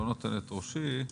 לא נותן את ראשי,